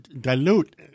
dilute